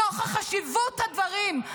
"נוכח חשיבות הדברים,